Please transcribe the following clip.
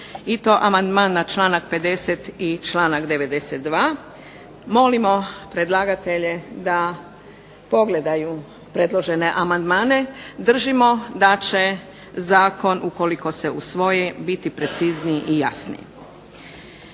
i to amandman na članak 50. i članak 92. Molimo predlagatelje da pogledaju predložene amandmane, držimo da će zakon, ukoliko se usvoji, biti precizniji i jasniji.